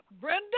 Brenda